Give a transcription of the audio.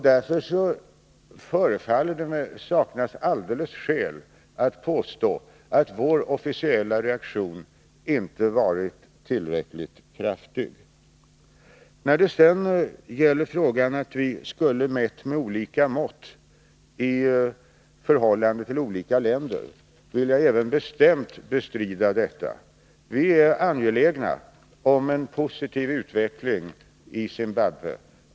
Därför saknas det skäl att påstå att vår officiella reaktion inte varit tillräckligt kraftig. När det sedan gäller frågan att vi skulle ha mätt med olika mått i förhållande till olika länder vill jag bestämt bestrida detta. Vi är angelägna om en positiv utveckling i Zimbabwe.